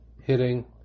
hitting